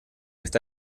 está